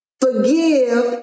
forgive